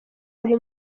wari